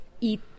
eat